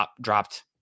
dropped